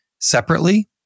separately